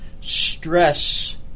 stress